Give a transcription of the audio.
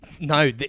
No